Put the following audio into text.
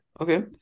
Okay